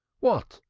what!